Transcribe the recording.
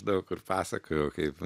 daug kur pasakojau kaip